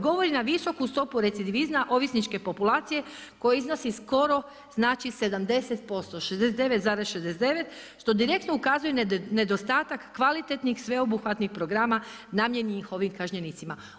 Govori na visoku stopu recidivizma ovisničke populacije, koja iznosi skoro znači 70%, 69,69 što direktno ukazuje na nedostatak kvalitetnih sveobuhvatnih programa namijenjen ovim kažnjenicima.